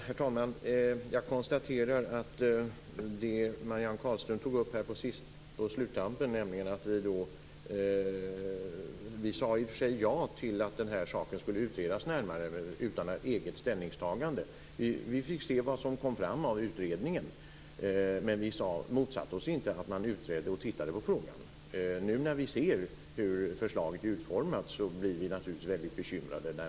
Herr talman! Jag konstaterar att Marianne Carlström på sluttampen tog upp att vi i och för sig sade ja till att den här saken skulle utredas närmare utan eget ställningstagande. Vi fick se vad som kom fram av utredningen, men vi motsatte oss inte att man utredde frågan. Nu när vi ser hur förslaget är utformat blir vi naturligtvis bekymrade.